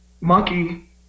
Monkey